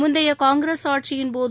முந்தைய காங்கிரஸ் ஆட்சியின் போது